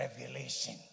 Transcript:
Revelation